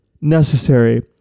necessary